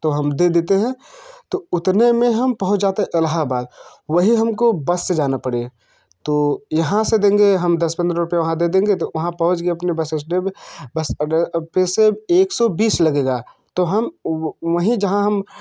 तो हम दे देते हैं तो उतने में हम पहुँच जाते हैं इलाहाबाद वहीं हम को बस से जाना पड़े तो यहाँ से देंगे हम दस पंद्रह रुपये वहाँ दे देंगे तो वहाँ पहुँच गए अपने बस अड्डे पर तो पैसे एक सौ बीस लगेगा तो हम वहीं जहाँ हम